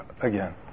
again